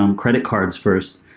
um credit cards first,